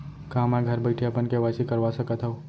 का मैं घर बइठे अपन के.वाई.सी करवा सकत हव?